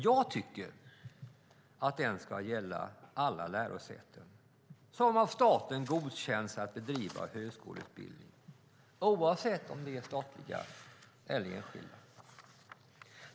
Jag tycker att den ska gälla alla lärosäten som av staten godkänts att bedriva högskoleutbildning, oavsett om de är statliga eller enskilda.